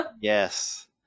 Yes